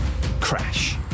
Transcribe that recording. Crash